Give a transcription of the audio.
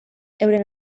euren